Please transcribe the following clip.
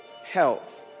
Health